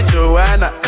Joanna